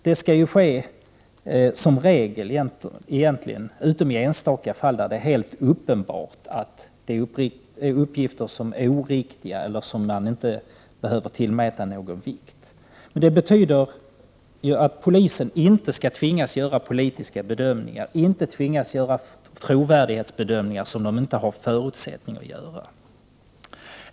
Det skall ske utom i enstaka fall där det är uppenbart att uppgifterna är oriktiga eller inte behöver tillmätas någon vikt. Det betyder att polisen inte skall tvingas göra politiska bedömningar eller trovärdighetsbedömningar som man inte har förutsättningar att göra.